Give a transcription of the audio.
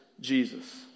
Jesus